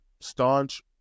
staunch